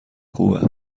خوب